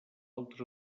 altres